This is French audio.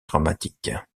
dramatique